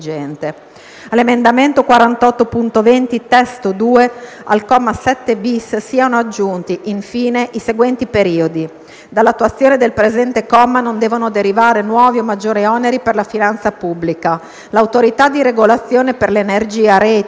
all'emendamento 48.20 (testo 2), al comma 7-*bis*, siano aggiunti, infine, i seguenti periodi: "Dall'attuazione del presente comma non devono derivare nuovi o maggiori oneri per la finanza pubblica. L'Autorità di regolazione per l'energia, reti e ambiente